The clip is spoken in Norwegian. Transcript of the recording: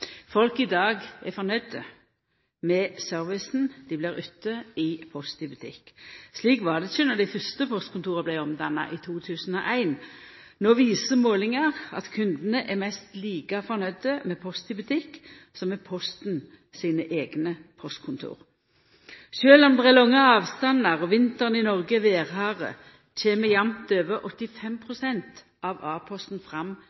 Folk er i dag fornøgde med servicen dei blir ytte i Post i Butikk. Slik var det ikkje då dei fyrste postkontora vart omdanna i 2001. No viser målingar at kundane er mest like fornøgde med Post i Butikk som med Posten sine eigne postkontor. Sjølv om det er lange avstandar og vinteren i Noreg er vêrhard, kjem jamt over 85 pst. av A-posten fram